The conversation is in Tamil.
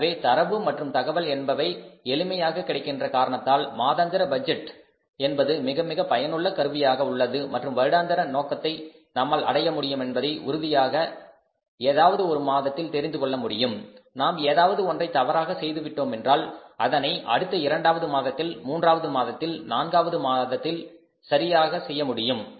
எனவே தரவு மற்றும் தகவல் என்பவை எளிமையாக கிடைக்கின்ற காரணத்தால் மாதாந்திர பட்ஜெட் என்பது மிக மிக பயனுள்ள கருவியாக உள்ளது மற்றும் வருடாந்திர நோக்கத்தை நம்மால் அடைய முடியும் என்பதை உறுதியாக ஏதாவது ஒரு மாதத்தில் தெரிந்துகொள்ள முடியும் நாம் ஏதாவது ஒன்றை தவறாக செய்துவிட்டோமென்றால் அதனை அடுத்த இரண்டாவது மாதத்தில் மூன்றாவது மாதத்தில் நான்காவது மாதத்தில் சரியாக செய்ய முடியும்